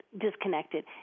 disconnected –